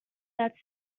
that’s